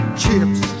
chips